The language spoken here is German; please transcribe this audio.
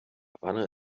havanna